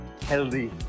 healthy